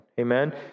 Amen